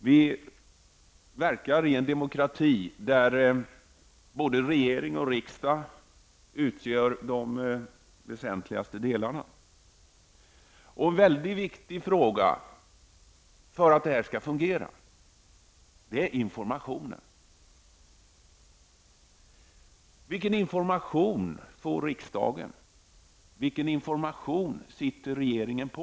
Vi verkar i en demokrati där både regering och riksdag utgör de väsentligaste delarna. En mycket viktig faktor för att demokratin skall fungera är informationen. Vilken information får riksdagen, och vilken information sitter regeringen på?